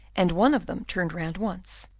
and one of them turned round once,